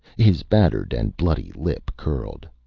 his battered and bloodied lip curled.